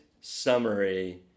summary